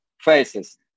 faces